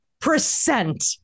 percent